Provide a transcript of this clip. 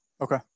Okay